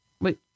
Wait